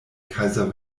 kaiser